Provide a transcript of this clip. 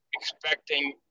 expecting